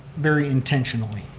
very intentionally.